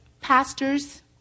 pastors